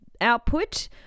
output